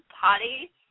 potty